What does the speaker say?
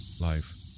life